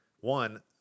one